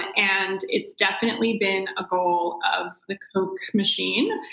and it's definitely been a goal of the koch machine,